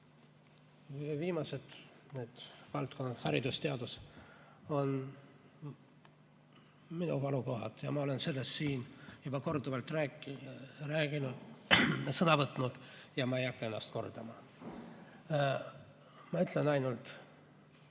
viimased valdkonnad, haridus ja teadus, on minu valukohad. Ma olen nendest siin juba korduvalt rääkinud ja sõna võtnud ning ma ei hakka ennast kordama. Ma ütlen ainult